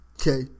Okay